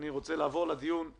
אני רוצה לעבור לדיון של היום,